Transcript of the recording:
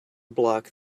block